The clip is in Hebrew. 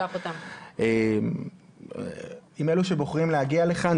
עם אלו שבוחרים להגיע לכאן,